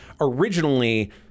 originally